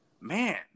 Man